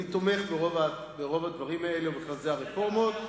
אני תומך ברוב הדברים האלה, ובכלל זה הרפורמות.